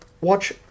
watch